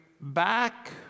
back